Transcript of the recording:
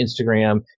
Instagram